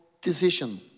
decision